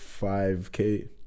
5K